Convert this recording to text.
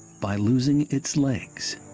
by losing it legs.